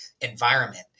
environment